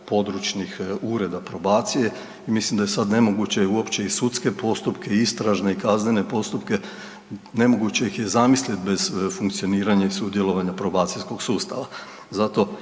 područnih ureda probacije i mislim da je sada nemoguće uopće i sudske postupka i istražne i kaznene postupke nemoguće ih je zamisliti bez funkcioniranja i sudjelovanja probacijskog sustava. Zato